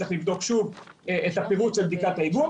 צריך לבדוק שוב את הפירוט של בדיקות האיגום.